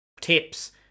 tips